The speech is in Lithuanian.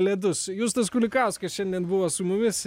ledus justas kulikauskas šiandien buvo su mumis